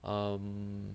um